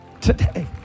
Today